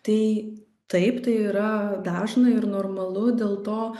tai taip tai yra dažna ir normalu dėl to